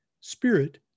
spirit